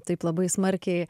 taip labai smarkiai